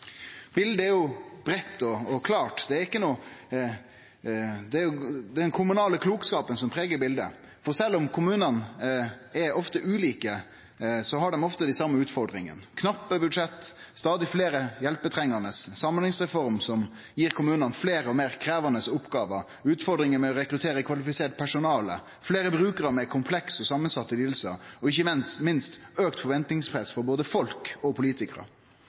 Bildet er breitt og klart. Det er den kommunale klokskapen som pregar bildet. Sjølv om kommunane ofte er ulike, har dei dei same utfordringane: knappe budsjett, stadig fleire hjelpetrengande, ei samhandlingsreform som gir kommunen fleire og meir krevjande oppgåver, utfordringar med å rekruttere kvalifisert personell, fleire brukarar med komplekse og samansette lidingar og ikkje minst auka forventningspress frå både folk og politikarar.